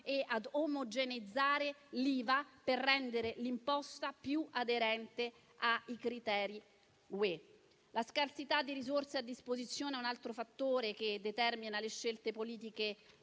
e a omogeneizzare l'IVA per rendere l'imposta più aderente ai criteri dell'Unione europea. La scarsità di risorse a disposizione è un altro fattore che determina le scelte politiche